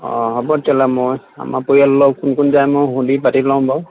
অঁ হ'ব তেতিয়াহ'লে মই আমাৰ পৰিয়ালৰ কোন কোন যায় মই শুধি পাতি লওঁ বাৰু